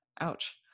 ouch